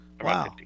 Wow